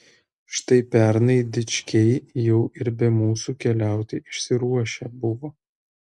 štai pernai dičkiai jau ir be mūsų keliauti išsiruošę buvo